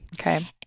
Okay